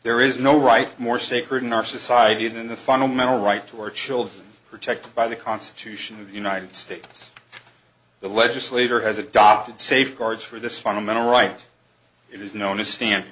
there is no right more sacred in our society than the fundamental right to our children protected by the constitution of the united states the legislature has adopted safeguards for this fundamental right it is known as stand